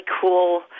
cool